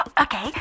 Okay